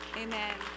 amen